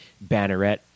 banneret